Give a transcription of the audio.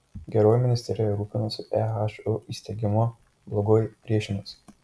geroji ministerija rūpinosi ehu įsteigimu blogoji priešinosi